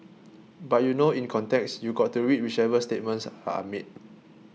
but you know in context you got to read whichever statements are made